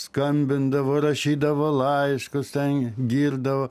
skambindavo rašydavo laiškus ten girdavo